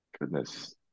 goodness